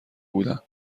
بودن